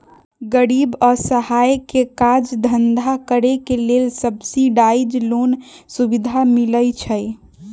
गरीब असहाय के काज धन्धा करेके लेल सब्सिडाइज लोन के सुभिधा मिलइ छइ